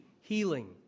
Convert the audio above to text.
healing